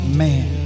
man